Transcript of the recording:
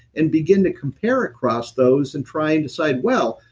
and begin to compare across those and try and decide, well,